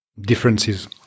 differences